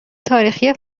تاریخی